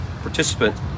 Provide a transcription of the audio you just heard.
participant